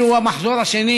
אלי הוא המחזור השני